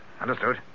Understood